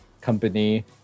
company